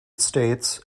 states